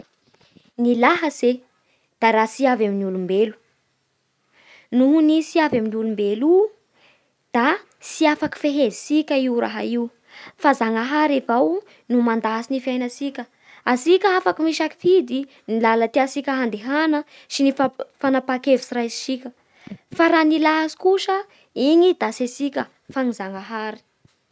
Ny lahatsy e da raha tsy avy amin'ny olombelo. Noho i tsy avy amin'ny olombelo io da tsy afaky fehezintsika io raha io fa zanahary avao no mandahatsy gne fiaignatsika, antsika afaky misafidy ny lala tiantsika handehana sy ny fanapaha-kevitsy raisintsika, fa raha ny lahatsy kosa igny da tsy antsika fa an'i zanahary.